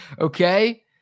Okay